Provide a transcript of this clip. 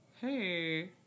hey